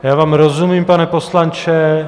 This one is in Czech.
Já vám rozumím, pane poslanče.